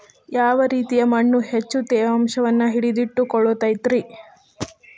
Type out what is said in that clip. ಯಾವ ರೇತಿಯ ಮಣ್ಣ ಹೆಚ್ಚು ತೇವಾಂಶವನ್ನ ಹಿಡಿದಿಟ್ಟುಕೊಳ್ಳತೈತ್ರಿ?